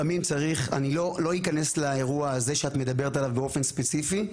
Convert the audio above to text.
אני לא איכנס לאירוע הזה שאת מדברת עליו באופן ספציפי,